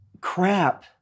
Crap